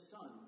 son